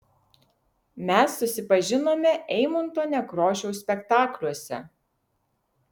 mes susipažinome eimunto nekrošiaus spektakliuose